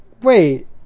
wait